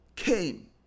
came